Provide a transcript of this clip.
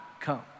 come